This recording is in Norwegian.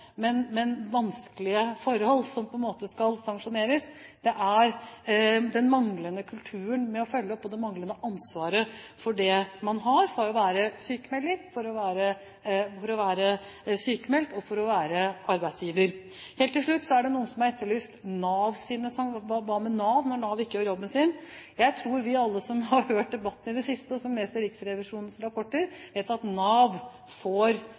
men vanskelige forhold som skal sanksjoneres. Det er den manglende kulturen med å følge opp, og det manglende ansvaret man har for å være sykmelder, for å være sykmeldt og for å være arbeidsgiver. Helt til slutt er det noen som har etterlyst: Hva med Nav, når Nav ikke gjør jobben sin? Jeg tror vi alle som har hørt debatten i det siste, og som leser Riksrevisjonens rapporter, vet at Nav får